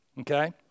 Okay